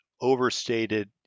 overstated